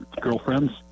girlfriends